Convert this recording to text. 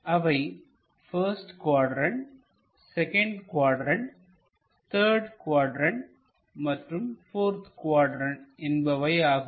அவை first quadrant second quadrant third quadrant மற்றும் fourth quadrant என்பவையாகும்